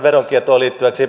veronkiertoon